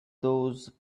those